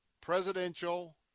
presidential